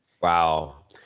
Wow